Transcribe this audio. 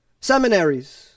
seminaries